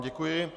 Děkuji.